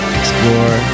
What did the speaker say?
explore